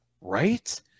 right